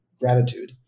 Gratitude